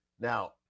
Now